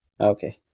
Okay